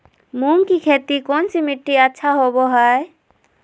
मूंग की खेती कौन सी मिट्टी अच्छा होबो हाय?